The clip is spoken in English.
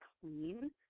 clean